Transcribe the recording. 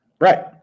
Right